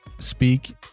Speak